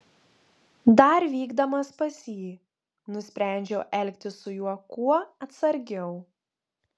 dar vykdamas pas jį nusprendžiau elgtis su juo kuo atsargiau